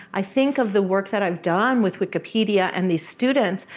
i think of the work that i've done with wikipedia and these students,